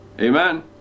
Amen